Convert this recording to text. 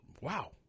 wow